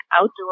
outdoor